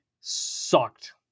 sucked